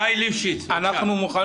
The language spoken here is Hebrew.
שי ליפשיץ, בבקשה.